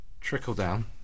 Trickle-down